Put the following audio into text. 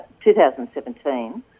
2017